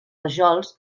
rajols